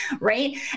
right